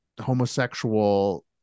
homosexual